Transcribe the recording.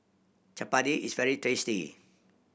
chapati is very tasty